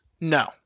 No